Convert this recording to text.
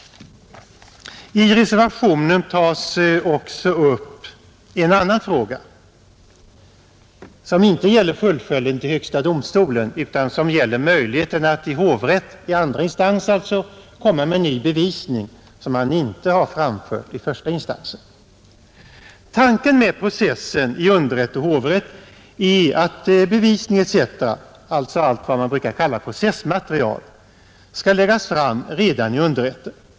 I reservationen tas också upp en annan fråga, som inte gäller fullföljden till högsta domstolen, utan som gäller möjligheten att i hovrätt, i andra instans alltså, komma med ny bevisning som man inte har framfört i första instansen. Tanken med processen i underrätt och hovrätt är att bevisning etc., alltså allt det som man brukar kalla processmaterial, skall läggas fram redan i underrätten.